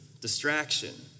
distraction